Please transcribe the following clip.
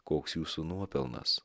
koks jūsų nuopelnas